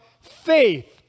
faith